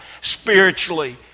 spiritually